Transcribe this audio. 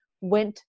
went